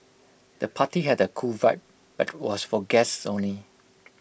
the party had A cool vibe but was for guests only